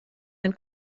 ein